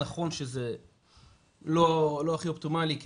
נכון שזה לא הכי אופטימלי כי